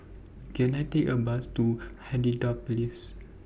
Can I Take A Bus to Hindhede Place